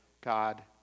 God